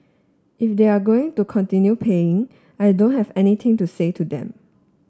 if they're going to continue paying I don't have anything to say to them